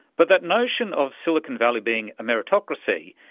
but that notion of silicon valley being a meritocracy,